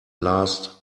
last